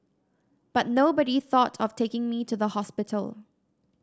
but nobody thought of taking me to the hospital